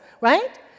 right